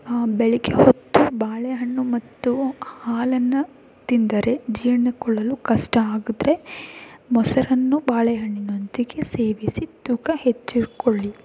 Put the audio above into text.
ಬೆಳಿಗ್ಗೆ ಹೊತ್ತು ಬಾಳೆಹಣ್ಣು ಮತ್ತು ಹಾಲನ್ನ ತಿಂದರೆ ಜೀರ್ಣಕೊಳ್ಳಲು ಕಷ್ಟ ಆಗಿದ್ರೆ ಮೊಸರನ್ನು ಬಾಳೆಹಣ್ಣಿನೊಂದಿಗೆ ಸೇವಿಸಿ ತೂಕ ಹೆಚ್ಚಿಸ್ಕೊಳ್ಳಿ